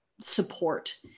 support